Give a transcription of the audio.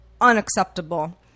unacceptable